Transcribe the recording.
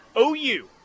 OU